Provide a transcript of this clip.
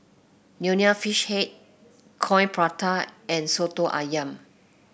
Nonya Fish Head Coin Prata and soto ayam